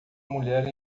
mulher